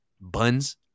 buns